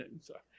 sorry